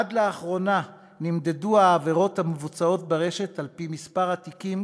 עד לאחרונה נמדדו העבירות המבוצעות ברשת על-פי מספר התיקים